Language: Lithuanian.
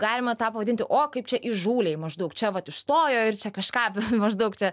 galima tą pavadinti o kaip čia įžūliai maždaug čia vat išstojo ir čia kažką maždaug čia